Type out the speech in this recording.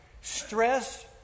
stress